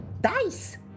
Dice